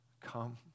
come